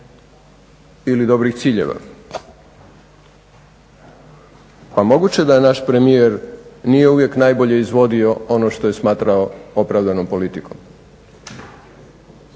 ili dobrih ciljeva. Pa moguće je da naš premijer nije uvijek najbolje izvodio ono što je smatrao opravdanom politikom